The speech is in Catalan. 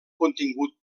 contingut